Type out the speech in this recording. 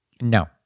No